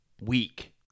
weak